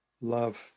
love